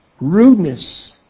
Rudeness